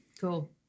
Cool